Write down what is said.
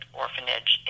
orphanage